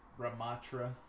Ramatra